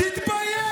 תתבייש.